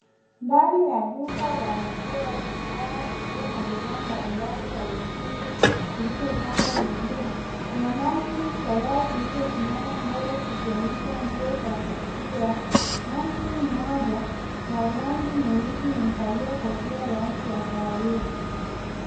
Ndani ya duka la nguo au vifaa vikiwa na bidhaa mbalimbali za mitindo zilizopangwa vizuri, kuna mannequin kadhaa zilizosimama mbele zikionyesha nguo za kofia, mannequin mmoja, ya rangi nyeusi imevalia kofia ya rangi ya kahawia.